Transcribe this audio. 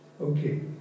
Okay